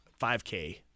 5K